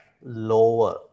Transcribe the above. lower